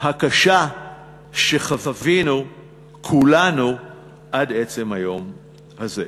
הקשה שחווינו כולנו עד עצם היום הזה.